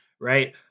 right